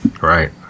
Right